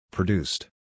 Produced